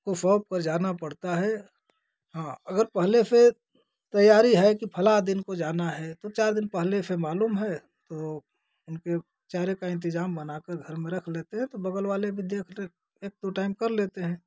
को शॉप पर जाना पड़ता है हाँ अगर पहले से तैयारी है कि फला दिन को जाना है तो चार दिन पहले से मालूम है तो उनके चारे का इंतजाम बना कर घर में रख लेते हैं तो बगल वाले भी देखरेख एक दो टाइम कर लेते हैं